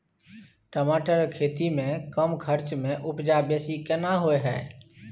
टमाटर के खेती में कम खर्च में उपजा बेसी केना होय है?